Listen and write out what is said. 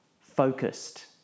focused